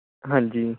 ਹਾਂਜੀ